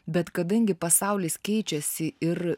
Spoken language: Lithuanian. bet kadangi pasaulis keičiasi ir